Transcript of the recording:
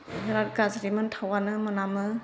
बिराद गाज्रिमोन थावआनो मोनामो